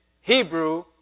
Hebrew